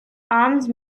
armed